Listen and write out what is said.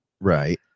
Right